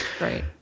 right